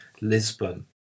Lisbon